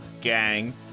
gang